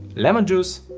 lemon juice,